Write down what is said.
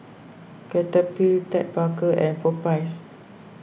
Cetaphil Ted Baker and Popeyes